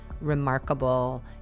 remarkable